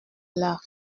l’heure